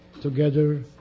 together